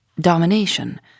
domination